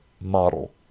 model